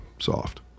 soft